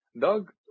Doug